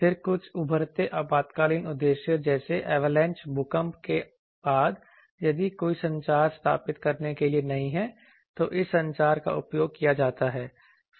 फिर कुछ उभरते आपातकालीन उद्देश्यों जैसे हिमस्खलन भूकंप के बाद यदि कोई संचार स्थापित करने के लिए नहीं है तो इस संचार का उपयोग किया जाता है